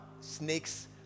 snakes